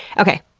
okay,